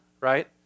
right